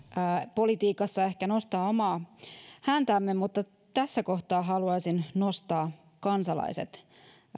politiikassa ehkä nostaa omaa häntäämme mutta tässä kohtaa haluaisin nostaa kansalaiset